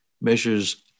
measures